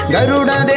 Garuda